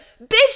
Bitch